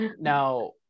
Now